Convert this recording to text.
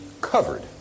covered